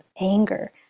anger